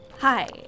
Hi